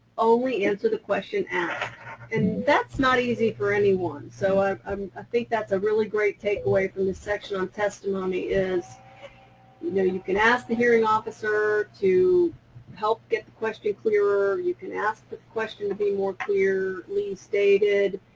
only answer the question asked. and and that's not easy for anyone. so um um i think that's a really great takeaway from this section on testimony is, you know, you can ask the hearing officer to help get the question clearer. you can ask the question to be more clear, restated.